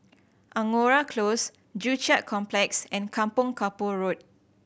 Angora Close Joo Chiat Complex and Kampong Kapor Road